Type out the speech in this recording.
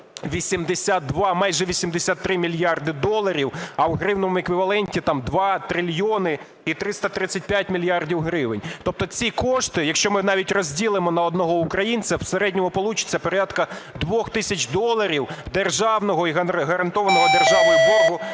82, майже 83 мільярди доларів, а у гривневому еквіваленті там 2 трильйони і 335 мільярдів гривень. Тобто ці кошти, якщо ми навіть розділимо на одного українця, в середньому получиться порядка 2 тисяч доларів державного і гарантованого державою боргу